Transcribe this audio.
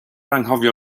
anghofio